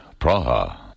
Praha